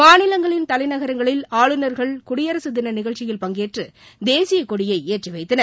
மாநிலங்களின் தலைநகரங்களில் ஆளுநர்கள் குடியரசு தின நிகழ்ச்சியில் பங்கேற்று தேசிய கொடியை ஏற்றிவைத்தனர்